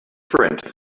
friend